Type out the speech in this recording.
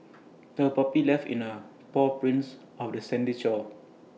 the puppy left in A paw prints of the sandy shore